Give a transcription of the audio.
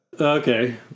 okay